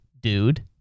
dude